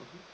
mmhmm